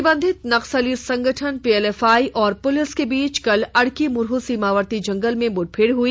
प्रतिबंधित नक्सली संगठन पीएलएफआई और पुलिस के बीच कल अड़की मुरहू सीमावर्ती जंगल मे मुठभेड़ हुई